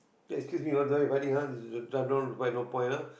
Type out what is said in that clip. eh excuse me you know fighting ah trying to fight no point ah